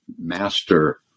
master